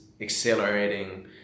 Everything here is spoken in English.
accelerating